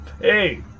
Hey